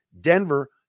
Denver